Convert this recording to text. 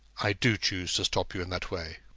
i do choose to stop you in that way.